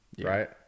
right